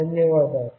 ధన్యవాదాలు